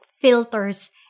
filters